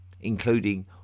including